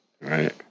right